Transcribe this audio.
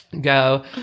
go